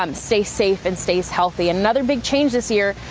um say safe and stays healthy another big change this year.